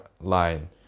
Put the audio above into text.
line